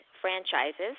franchises